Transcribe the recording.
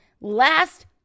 Last